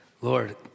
Lord